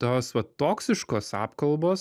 tos vat toksiškos apkalbos